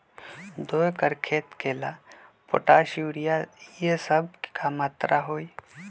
दो एकर खेत के ला पोटाश, यूरिया ये सब का मात्रा होई?